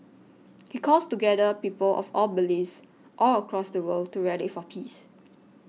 he calls together people of all beliefs all across the world to rally for peace